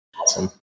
Awesome